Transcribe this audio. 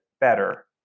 better